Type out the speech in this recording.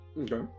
okay